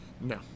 no